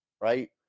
right